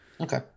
okay